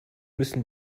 müssen